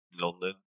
London